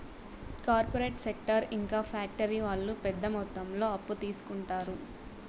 corporate sector ఇంకా factory వాళ్ళు పెద్ద మొత్తంలో అప్పు తీసుకుంటారు